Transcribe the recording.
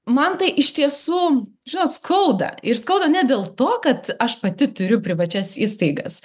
man tai iš tiesų žinot skauda ir skauda ne dėl to kad aš pati turiu privačias įstaigas